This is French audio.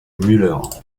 müller